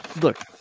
Look